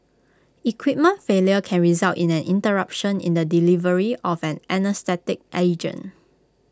equipment failure can result in an interruption in the delivery of the anaesthetic agent